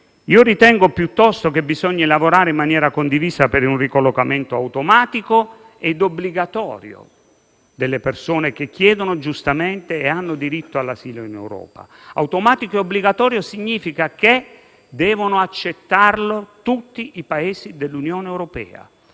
Ritengo piuttosto che occorra lavorare in maniera condivisa per un ricollocamento automatico ed obbligatorio delle persone che chiedono giustamente - perché ne hanno diritto - l'asilo in Europa: automatico e obbligatorio significa che devono accettarlo tutti i Paesi dell'Unione europea,